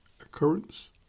occurrence